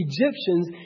Egyptians